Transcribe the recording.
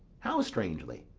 how strangely?